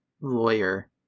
lawyer